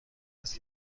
است